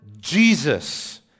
Jesus